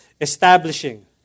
establishing